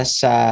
sa